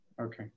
Okay